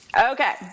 Okay